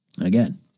again